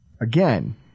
Again